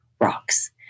rocks